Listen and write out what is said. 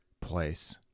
place